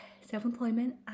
self-employment